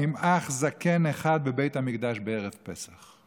נמעך זקן אחד בבית המקדש בערב פסח.